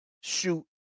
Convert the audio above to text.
shoot